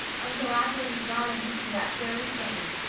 until after we've gone and eaten that very thing.